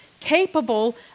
capable